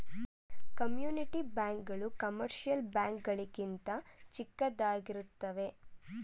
community bank ಗಳು commercial bank ಗಳಿಗಿಂತ ಚಿಕ್ಕದಾಗಿರುತ್ತವೆ